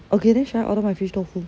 okay then should I order my fish tofu